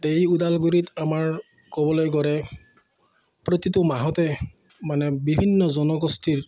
এই ওদালগুৰিত আমাৰ ক'বলৈ গ'লে প্ৰতিটো মাহতে মানে বিভিন্ন জনগোষ্ঠীৰ